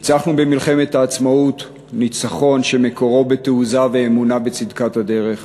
ניצחנו במלחמת העצמאות ניצחון שמקורו בתעוזה ואמונה בצדקת הדרך.